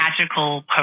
magical